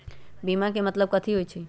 बीमा के मतलब कथी होई छई?